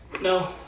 No